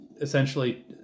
essentially